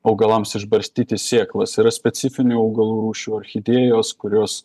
augalams išbarstyti sėklas yra specifinių augalų rūšių orchidėjos kurios